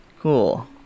Cool